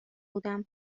بودم